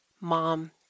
mom